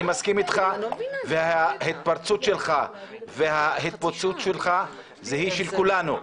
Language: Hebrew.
אני מסכים אתך וההתפרצות שלך היא של כולנו.